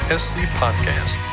scpodcast